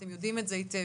אתם יודעים את זה היטב,